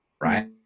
right